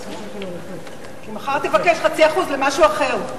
כי מחר תבקש 0.5% למשהו אחר.